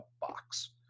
box